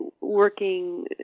working